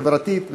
חברתית ולאומית.